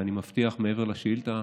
ואני מבטיח, מעבר לשאילתה,